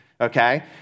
okay